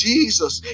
Jesus